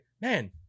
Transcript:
man